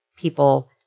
People